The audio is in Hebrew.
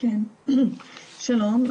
שלום.